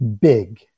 big